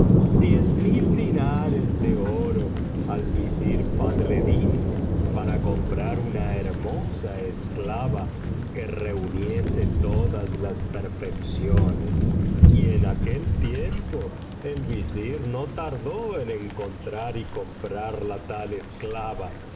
diez mil dinares de oro al visir fadleddín para comprar una hermosa esclava que reuniese todas las perfecciones y en aquel tiempo el visir no tardó en encontrar y comprar la tal esclava